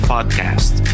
Podcast